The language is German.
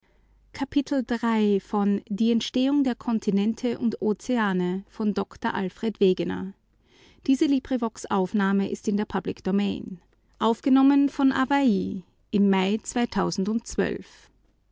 die entstehung der kontinente und ozeane von prof dr alfred wegener abt